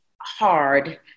hard